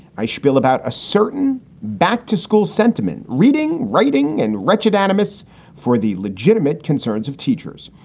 i spiel about a certain back to school sentiment, reading, writing and wretched animus for the legitimate concerns of teachers.